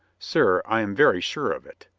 sir, i am very sure of it.